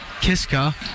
Kiska